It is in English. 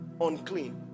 unclean